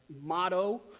motto